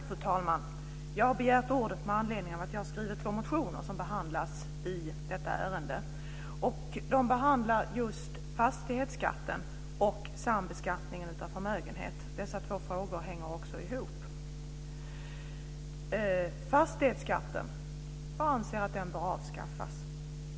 Fru talman! Jag har begärt ordet med anledning av att jag har skrivit två motioner som behandlas i detta ärende. De handlar om just fastighetsskatten och sambeskattningen av förmögenhet. Dessa två frågor hänger ihop. Jag anser att fastighetsskatten bör avskaffas.